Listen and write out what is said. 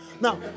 Now